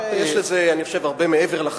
יש בזה הרבה מעבר לחקירה.